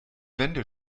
wände